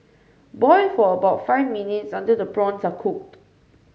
boil for about five minutes until the prawns are cooked